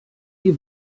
die